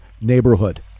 neighborhood